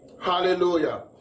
Hallelujah